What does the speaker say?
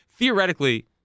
Theoretically